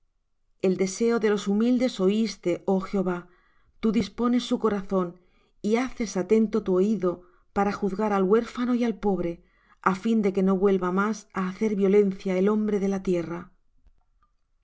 el deseo de los humildes oíste oh jehová tú dispones su corazón y haces atento tu oído para juzgar al huérfano y al pobre a fin de que no vuelva más á hacer violencia el hombre de la tierra al